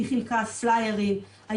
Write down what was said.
חילקה פליירים,